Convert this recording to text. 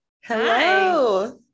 Hello